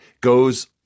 goes